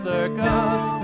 Circus